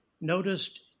noticed